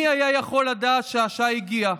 מי היה יכול לדעת שהשעה הגיעה?